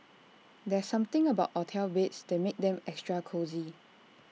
there's something about hotel beds that makes them extra cosy